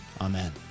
Amen